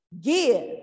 give